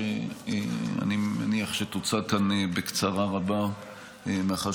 שאני מניח שתוצג כאן בקיצור רב מאחר